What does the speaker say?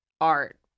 art